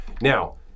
Now